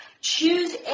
choose